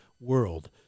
world